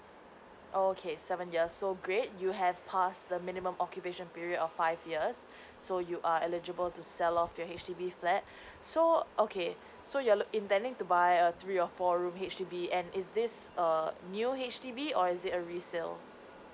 okay seven year so great you have passed the minimum occupation period of five years so you are eligible to sell off your H_D_B flat so okay so you're intending to buy a three or four room H_D_B and is this err new H_D_B or is it a resale